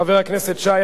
חבר הכנסת שי,